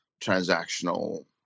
transactional